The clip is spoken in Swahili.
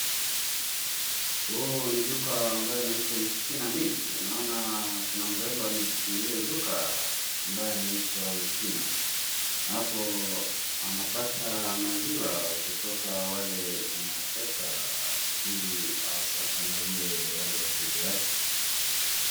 Huu ni duka ambayo naitwa Yustina Milk. Naona kuna mrembo amejifungulia hii duka ambaye anaitwa Yustina. Hapo anapata maziwa kutoka wale wanaoleta ili awasambazie wale wateja wake.